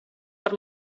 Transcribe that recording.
per